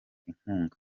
inkunga